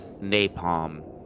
napalm